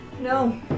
No